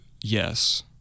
yes